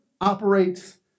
operates